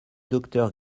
docteur